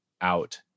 out